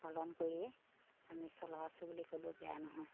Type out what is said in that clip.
পালন কৰিয়ে আমি চলাই আছোঁ বুলি ক'লেও বেয়া নহয়